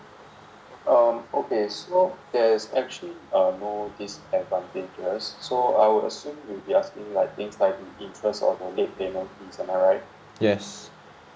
yes